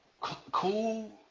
cool